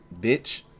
bitch